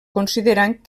considerant